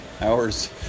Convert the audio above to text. hours